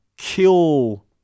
kill